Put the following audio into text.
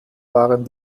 waren